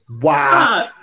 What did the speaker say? wow